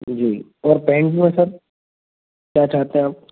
जी और पेंट में सर क्या चाहते हैं आप